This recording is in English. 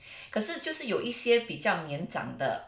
可是就是有一些比较年长的